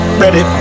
ready